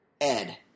Ed